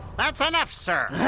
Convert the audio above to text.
that's enough, sir.